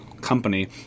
company